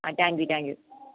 ആ thank you thank you